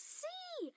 see